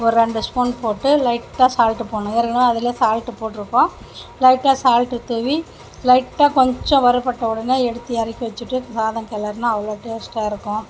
ஒரு ரெண்டு ஸ்பூன் போட்டு லைட்டாக சால்ட் போடணும் ஏற்கனவே அதிலே சால்ட் போட்டிருக்கும் லைட்டாக சால்ட் தூவி லைட்டாக கொஞ்சம் வறுப்பட்ட உடனே எடுத்து இறக்கி வச்சுட்டு சாதம் கிளறுனா அவ்வளோ டேஸ்ட்டாக இருக்கும்